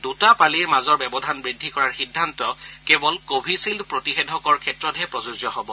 দুটা পালিৰ মাজৰ ব্যৱধান বৃদ্ধি কৰাৰ সিদ্ধান্ত কেৱল কভিচিল্ড প্ৰতিষেধকৰ ক্ষেত্ৰতহে প্ৰযোজ্য হব